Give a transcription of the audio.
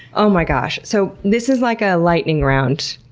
oh my gosh. so this is like a lightning round.